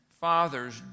fathers